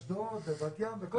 באשדוד, בבת ים, בכל מקום.